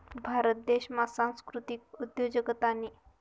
भारत देशमा सांस्कृतिक उद्योजकतानी